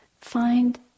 find